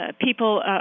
people